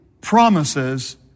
promises